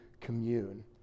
commune